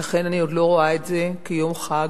ולכן אני עוד לא רואה את זה כיום חג,